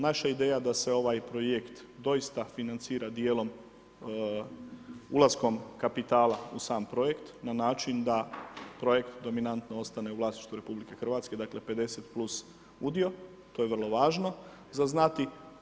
Naša ideja da se ovaj projekt doista financira dijelom ulaskom kapitala u sam projekt na način da projekt dominantno ostane u vlasništvu RH, dakle 50 plus udio, to je vrlo važno za znati.